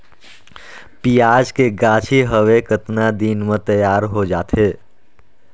पियाज के गाछी हवे कतना दिन म तैयार हों जा थे?